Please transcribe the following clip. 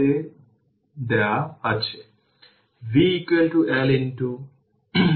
সুতরাং v C 2 volt বা 2 2 joule তাই 02 মাইক্রোজুল এবং যেটি ইন্ডাক্টরে আপনার হাফ L i 2 হবে